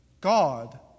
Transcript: God